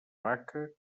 vaca